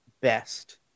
best